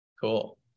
Cool